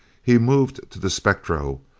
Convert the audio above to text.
he moved to the spectro,